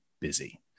Busy